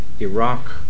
Iraq